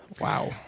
Wow